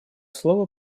слово